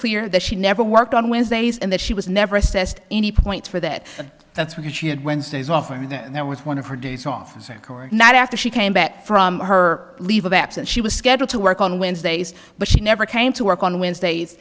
clear that she never worked on wednesdays and that she was never assessed any points for that that's when she had wednesdays off and then there was one of her do songs night after she came back from her leave of absence she was scheduled to work on wednesdays but she never came to work on wednesdays